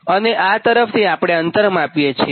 અને આ તરફથી આપણે અંતર માપીએ છીએ